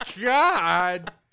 God